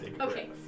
Okay